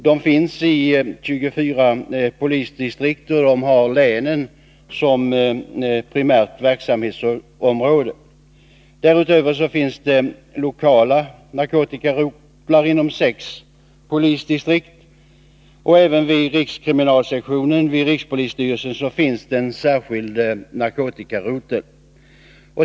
De finns i 24 polisdistrikt och har länen som primärt verksamhetsområde. Därutöver finns det lokala narkotikarotlar i sex polisdistrikt. Även vid rikskriminalsektionen vid rikspolisstyrelsen finns en särskild narkotikarotel.